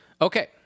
Okay